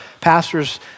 pastors